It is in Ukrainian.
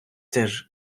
теж